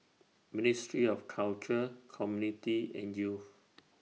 Ministry of Culture Community and Youth